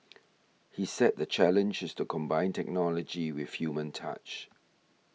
he said the challenge is to combine technology with human touch